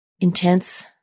intense